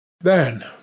Then